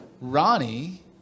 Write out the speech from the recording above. Ronnie